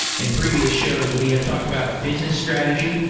in previous shows, we have talked about business strategy,